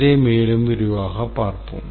இதை மேலும் விரிவாகப் பார்ப்போம்